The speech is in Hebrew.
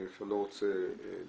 אני עכשיו לא רוצה להיכנס